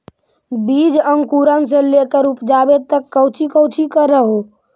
बीज अंकुरण से लेकर उपजाबे तक कौची कौची कर हो?